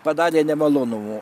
padarė nemalonumų